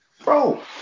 Bro